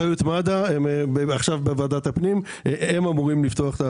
זה באחריות מד"א, הם אמורים לפתוח.